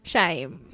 Shame